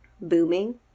booming